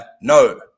no